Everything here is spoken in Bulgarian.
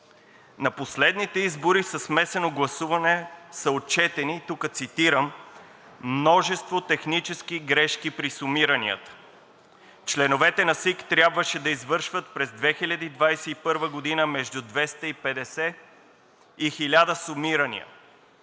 На последните избори със смесено гласуване са отчетени, тук цитирам: „Множество технически грешки при сумиранията. Членовете на СИК трябваше да извършват през 2021 г. между 250 и 1000 сумирания.